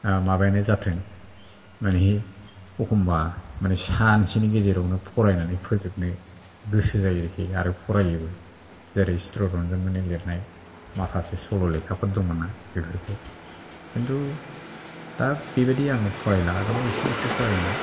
माबायानो जाथों मानि एखमबा मानि सानसेनि गेजेरावनो फरायनानै फोजोबनो गोसो जायो आरोखि आरो फरायोबो जेरै सितरन्जन मोननि लिरनाय माखासे सल' लेखाफोर दंमोनना बेफोरखौ खिनथु दा बेबायदि आं फरायला आगोलाव एसे एसे फरायोमोन